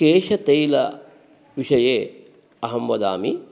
केशतैलविषये अहं वदामि